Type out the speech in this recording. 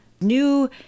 new